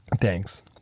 thanks